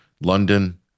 London